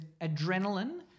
adrenaline